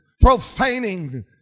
profaning